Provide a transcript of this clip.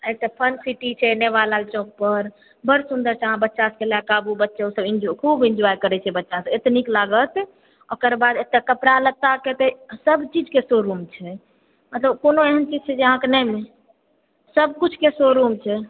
एकटा फनसिटी छै नेवालाल चौक पर बड्ड सुन्दर छै अहाँ बच्चा सब कऽ लऽ कऽ आबु बच्चा सब इन्जु खूब इन्जॉय करै छै बच्चा सब अत्तेक नीक लागत ओकरबाद एतय कपड़ा लत्ताक तऽ सब चीजके शोरूम छै मतलब कोनो एहन चीज छै जे अहाँकेॅं नहि मिलत सबकिछुके शोरूम छै